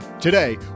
Today